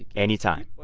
any time.